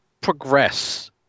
progress